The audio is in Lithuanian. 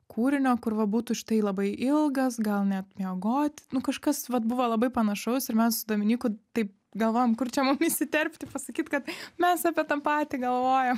kūrinio kur va būtų šitai labai ilgas gal net miegoti nu kažkas vat buvo labai panašaus ir mes su dominyku taip galvojam kur čia mum įsiterpti pasakyt kad mes apie tą patį galvojam